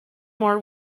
more